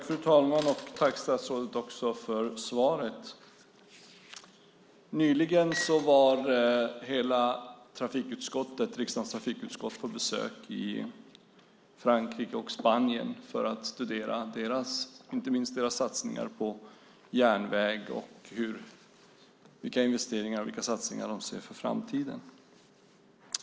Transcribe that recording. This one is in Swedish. Fru talman! Jag tackar statsrådet för svaret. Nyligen var hela riksdagens trafikutskott på besök i Frankrike och Spanien för att studera inte minst deras satsningar på järnväg och vilka investeringar och satsningar de ser för framtiden.